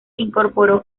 incorporó